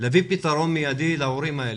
יביאו פתרון מיידי להורים האלה.